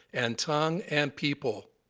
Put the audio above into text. and tongue, and people.